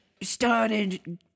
started